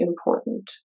important